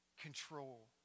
control